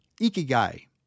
ikigai